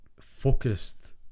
focused